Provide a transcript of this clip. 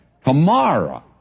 Tomorrow